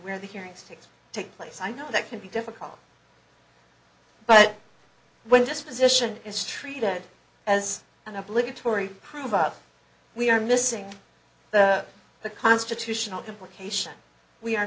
where the hearings to take place i know that can be difficult but when disposition is treated as an obligatory prove up we are missing the constitutional complete cation we are